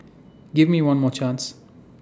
give me one more chance